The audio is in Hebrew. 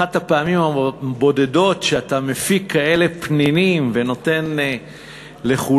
אחת הפעמים הבודדות שאתה מפיק כאלה פנינים ונותן לכולם,